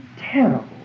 terrible